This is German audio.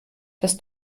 dass